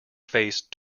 face